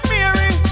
Mary